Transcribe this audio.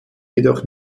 jedoch